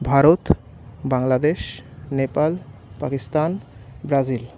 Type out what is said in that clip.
Bharat Bangladesh Nepal Pakistan Brazil